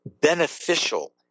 beneficial